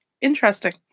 interesting